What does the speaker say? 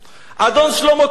אדון שלמה כהן,